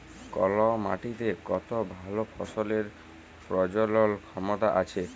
call মাটিতে কত ভাল ফসলের প্রজলল ক্ষমতা আছে